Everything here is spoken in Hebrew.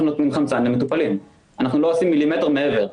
אנחנו נותנים חמצן למטופלים ולא עושים מילימטר מעבר.